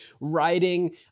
writing